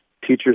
teachers